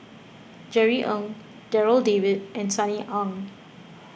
Jerry Ng Darryl David and Sunny Ang